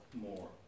more